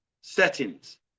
Settings